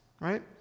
right